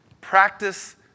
Practice